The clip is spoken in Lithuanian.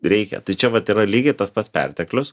reikia tai čia vat yra lygiai tas pats perteklius